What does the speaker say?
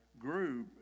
group